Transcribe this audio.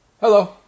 Hello